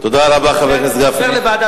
תודה רבה, חבר הכנסת גפני.